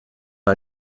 ein